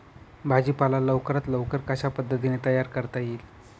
भाजी पाला लवकरात लवकर कशा पद्धतीने तयार करता येईल?